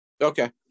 Okay